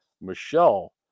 Michelle